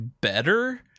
better